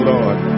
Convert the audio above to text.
Lord